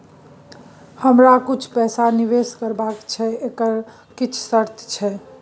हमरा कुछ पैसा निवेश करबा छै एकर किछ शर्त छै?